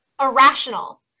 Irrational